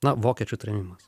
na vokiečių trėmimas